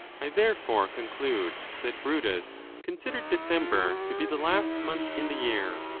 i therefore conclude that brutus considered december to be the last month in the year,